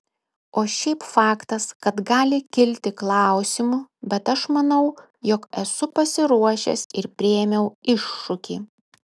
o šiaip faktas kad gali kilti klausimų bet aš manau jog esu pasiruošęs ir priėmiau iššūkį